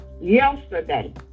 yesterday